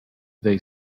they